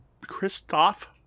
Christoph